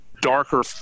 darker